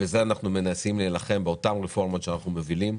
בזה אנחנו מנסים להילחם באותן רפורמות שאנחנו מובילים,